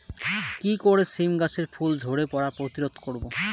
কি করে সীম গাছের ফুল ঝরে পড়া প্রতিরোধ করব?